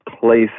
place